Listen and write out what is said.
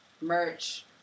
merch